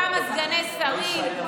כמה סגני שרים,